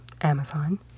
Amazon